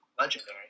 legendary